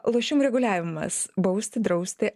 lošimų reguliavimas bausti drausti